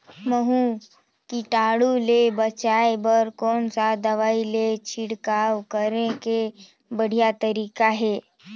महू कीटाणु ले बचाय बर कोन सा दवाई के छिड़काव करे के बढ़िया तरीका हे?